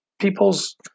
people's